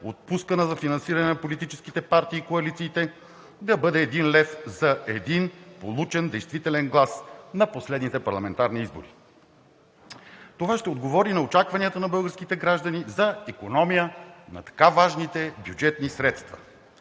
отпускана за финансиране на политическите партии и коалициите, да бъде един лев за един получен действителен глас на последните парламентарни избори?“ Това ще отговори и на очакванията на българските граждани за икономия на така важните бюджетни средства.